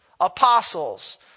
apostles